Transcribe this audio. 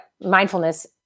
mindfulness